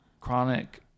chronic